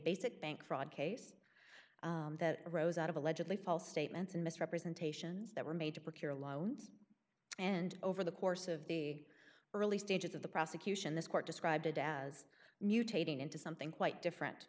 basic bank fraud case that arose out of allegedly false statements and misrepresentations that were made to procure loans and over the course of the early stages of the prosecution this court described it as mutating into something quite different